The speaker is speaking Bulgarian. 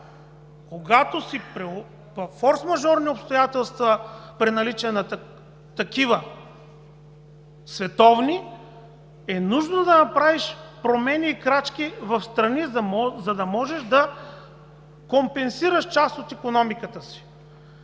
когато си във форсмажорни обстоятелства – при наличие на такива световни, е нужно да направиш промени и крачки встрани, за да можеш да компенсираш част от икономиката си.